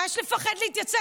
מה יש לפחד להתייצב?